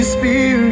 Spirit